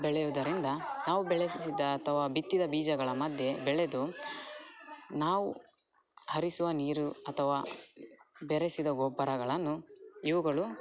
ಬೆಳೆಯುವುದರಿಂದ ನಾವು ಬೆಳೆಸಿದ ಅಥವಾ ಬಿತ್ತಿದ ಬೀಜಗಳ ಮಧ್ಯೆ ಬೆಳೆದು ನಾವು ಹರಿಸುವ ನೀರು ಅಥವಾ ಬೆರೆಸಿದ ಗೊಬ್ಬರಗಳನ್ನು ಇವುಗಳು